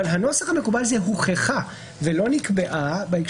הנוסח המקובל הוא הוכחה ולא נקבעה.